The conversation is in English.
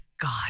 god